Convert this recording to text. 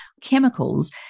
chemicals